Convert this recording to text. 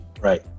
right